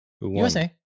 USA